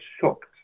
shocked